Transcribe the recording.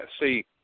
see